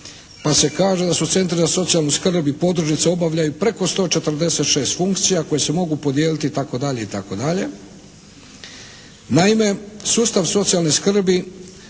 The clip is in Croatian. pa se kaže, da su centri za socijalnu skrbi i podružnice obavljaju preko 146 funkcija koje se mogu podijeliti itd.